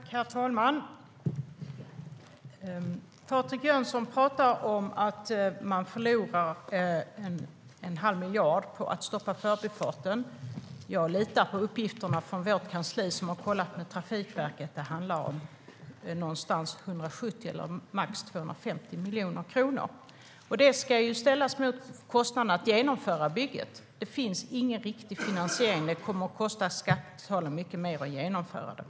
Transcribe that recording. Herr talman! Patrik Jönsson pratar om att man förlorar en halv miljard på att stoppa Förbifarten. Jag litar dock på uppgifterna från vårt kansli, som har kollat med Trafikverket. Det handlar om mellan 170 och max 250 miljoner kronor. Det ska ställas mot kostnaden för att genomföra bygget. Det finns ingen riktig finansiering. Det kommer att kosta skattebetalarna mycket mer att genomföra det.